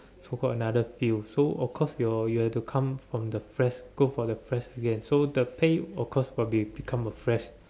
so got another field so of course your you have to come from the fresh go for the fresh again so the pay will of course become the fresh